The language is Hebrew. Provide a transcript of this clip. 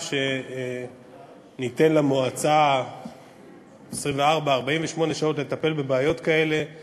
אותה הדרמה עם המשט.